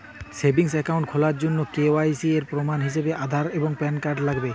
savings account খোলার জন্য KYC এর প্রমাণ হিসেবে আধার এবং প্যান কার্ড লাগবে